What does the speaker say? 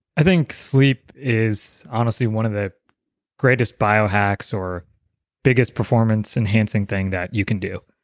i think sleep is honestly one of the greatest bio hacks or biggest performance enhancing thing that you can do.